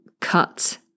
cut